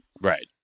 Right